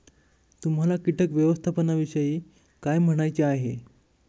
तुम्हाला किटक व्यवस्थापनाविषयी काय म्हणायचे आहे?